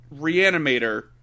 Reanimator